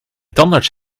tandarts